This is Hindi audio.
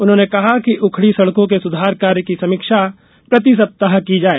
उन्होंने कहा कि उखड़ी सड़कों के सुधार कार्य की समीक्षा प्रति सप्ताह की जाए